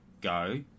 go